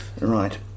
Right